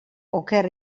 oker